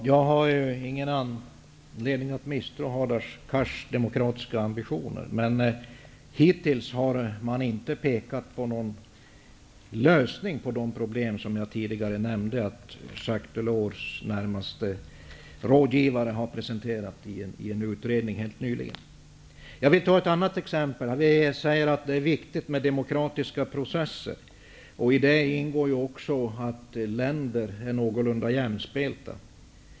Jag har ingen anledning att misstro Hadar Cars demokratiska ambitioner, men hittills har man inte pekat på någon lösning på de problem som jag tidigare nämnde och som Jacques Delors närmaste rådgivare nyligen presenterat i en utredning. Jag vill ta ett annat exempel. Vi säger att det är viktigt med demokratiska processer. I det ingår också att länder är någorlunda jämspelta.